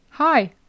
Hi